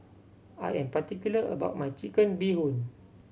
I am particular about my Chicken Bee Hoon